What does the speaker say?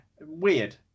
weird